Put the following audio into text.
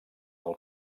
del